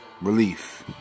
relief